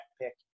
pick